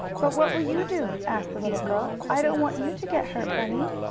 but what will you do? asked the little girl. i don't want you to get hurt, bunny.